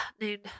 named